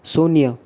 શૂન્ય